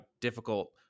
difficult